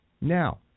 Now